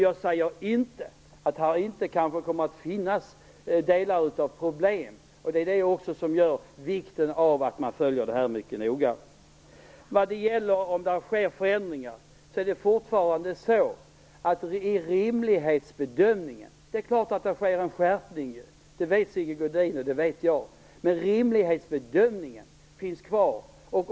Jag säger inte att det inte kommer att finnas problem, och det är därför som det är viktigt att följa utvecklingen mycket noga. Vad gäller frågan om det sker förändringar är det fortfarande så att det sker en rimlighetsbedömning. Det är klart att det sker en skärpning. Det vet Sigge Godin, och det vet jag. Men rimlighetsbedömningen finns kvar.